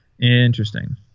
interesting